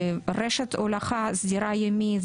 רשת הולכה סדירה ימית,